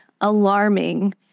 alarming